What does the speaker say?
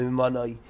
money